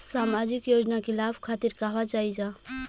सामाजिक योजना के लाभ खातिर कहवा जाई जा?